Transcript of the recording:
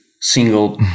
single